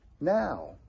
now